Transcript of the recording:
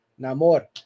Namor